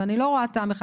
ואני לא רואה טעם.